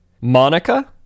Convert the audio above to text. Monica